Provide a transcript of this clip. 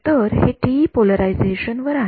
तर हे TE polarisation वर आहे